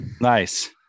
Nice